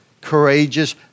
courageous